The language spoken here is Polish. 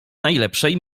najlepszej